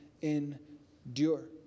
endure